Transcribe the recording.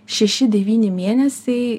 šeši devyni mėnesiai